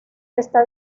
está